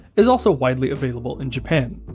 is also widely available in japan.